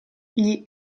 gli